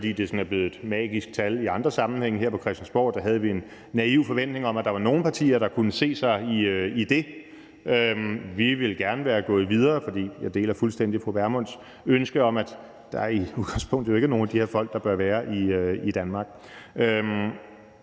fordi det sådan er blevet et magisk tal i andre sammenhænge her på Christiansborg. Derfor havde vi en naiv forventning om, at der var nogle partier, der kunne se sig i det. Vi ville gerne være gået videre, for jeg deler fuldstændig fru Pernille Vermunds ønske om, at der i udgangspunktet ikke er nogen af de her folk, der bør være i Danmark.